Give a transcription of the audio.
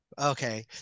Okay